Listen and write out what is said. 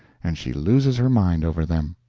and she loses her mind over them.